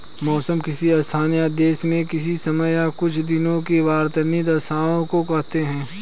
मौसम किसी स्थान या देश में किसी समय या कुछ दिनों की वातावार्नीय दशाओं को कहते हैं